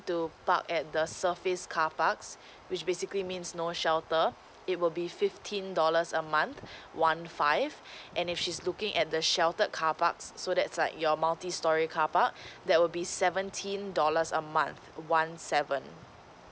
to park at the surface carparks which basically means no shelter it will be fifteen dollars a month one five and if she's looking at the sheltered car parks so that's like your multistorey carpark that would be seventeen dollars a month one seven